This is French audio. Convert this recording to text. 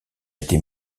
été